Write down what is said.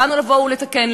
באנו לתקן,